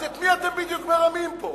אז את מי אתם בדיוק מרמים פה?